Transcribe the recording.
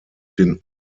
den